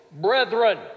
brethren